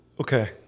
okay